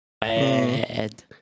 Bad